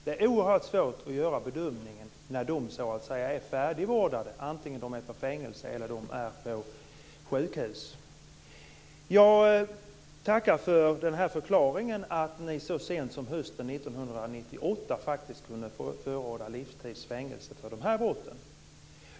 Det är oerhört svårt att göra bedömningen när de så att säga är färdigvårdade, vare sig de är på fängelse eller på sjukhus. Jag tackar för förklaringen att ni så sent som hösten 1998 faktiskt kunde förorda livstidsfängelse för de här brotten.